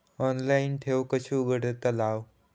Online ठेव कशी उघडतलाव?